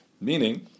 Meaning